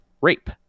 rape